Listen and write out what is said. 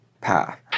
path